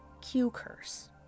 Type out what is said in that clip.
QCurse